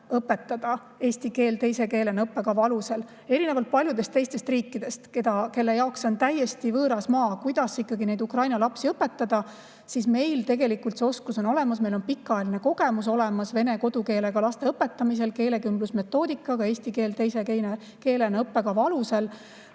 õpetada eesti keel teise keelena õppekava alusel. Erinevalt paljudest teistest riikidest, kelle jaoks on täiesti võõras maa see, kuidas ikkagi õpetada Ukraina lapsi, on meil tegelikult see oskus olemas, meil on pikaajaline kogemus vene kodukeelega laste õpetamisel keelekümblusmetoodikaga eesti keel teise keelena õppekava alusel.